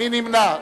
מי נמנע?